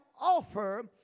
offer